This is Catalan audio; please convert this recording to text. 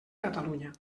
catalunya